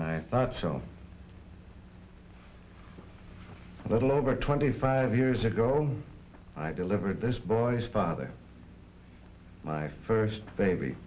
i thought so little over twenty five years ago i delivered this boy's father my first baby